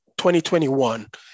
2021